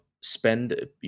spend